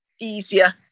easier